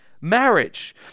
marriage